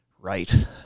Right